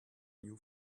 new